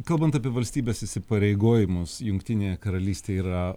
kalbant apie valstybės įsipareigojimus jungtinėje karalystėj yra